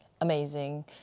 amazing